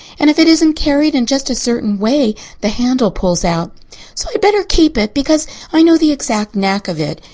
and if it isn't carried in just a certain way the handle pulls out so i'd better keep it because i know the exact knack of it.